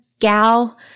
gal